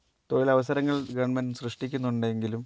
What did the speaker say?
തൊഴിൽ അവസരങ്ങൾ ഗവൺമെൻറ്റ് സൃഷ്ടിക്കുന്നുണ്ടെങ്കിലും